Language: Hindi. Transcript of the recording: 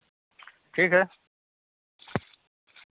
ठीक है